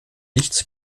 lichtes